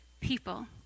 people